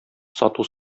сату